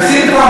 ניסיתם